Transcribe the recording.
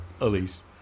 Elise